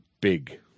big